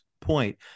point